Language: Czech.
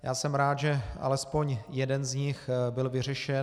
Já jsem rád, že alespoň jeden z nich byl vyřešen.